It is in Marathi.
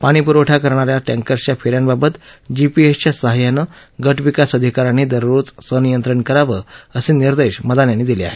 पाणीपुरवठा करणाऱ्या टँकर्सच्या फेऱ्यांबाबत जीपीएसच्या सहाय्यानं गटविकास अधिकाऱ्यांनी दररोज संनियंत्रण करावं असे निर्देश मदान यांनी दिले आहेत